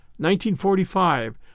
1945